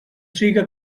siga